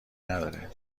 نداره